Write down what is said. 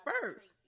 first